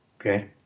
Okay